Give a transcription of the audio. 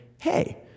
hey